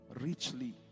richly